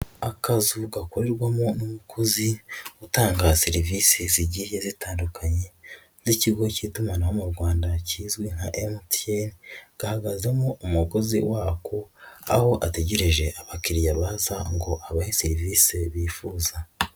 Akazu gakorerwamo n'umukozi utanga serivisi zigiye zitandukanye z'ikigo cy'itumanaho mu Rwanda kizwi nka MTN gahagazemo umukozi wako, aho ategereje abakiriya baza ngo abahe serivisi bifuza.